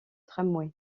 tramway